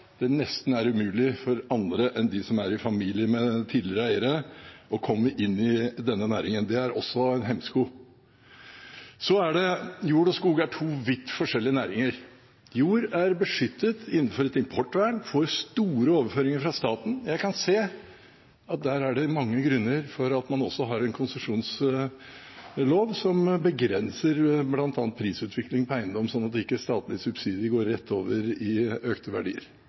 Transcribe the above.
det nesten umulig å komme inn i næringen for andre enn dem som er i familie med tidligere eiere. Det er også en hemsko. Jord- og skogbruk er to vidt forskjellige næringer. Jordbruk er beskyttet innenfor et importvern og får store overføringer fra staten. Jeg kan se at der er det mange grunner for at man har en konsesjonslov som begrenser bl.a. prisutviklingen på eiendom, sånn at ikke statlige subsidier går rett over i økte verdier.